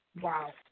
Wow